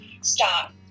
stop